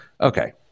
okay